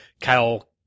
Kyle